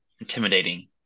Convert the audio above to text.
intimidating